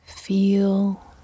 Feel